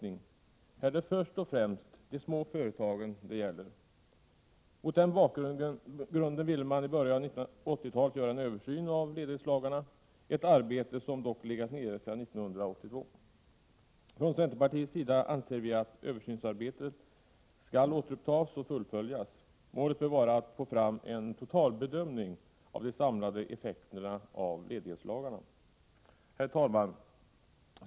Här är det först och främst de små företagen det gäller. Mot den bakgrunden ville man i början på 1980-talet göra en översyn av ledighetslagarna, ett arbete som dock legat nere sedan 1982. Från centerpartiets sida anser vi att översynsarbetet skall återupptas och fullföljas. Målet bör vara att få fram en totalbedömning av de samlade effekterna av ledighetslagarna. Herr talman!